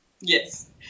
Yes